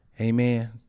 amen